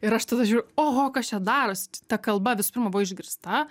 ir aš tada žiūriu oho kas čia darosi ta kalba visų pirma buvo išgirsta